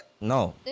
No